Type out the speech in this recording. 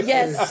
Yes